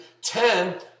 ten